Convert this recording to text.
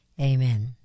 Amen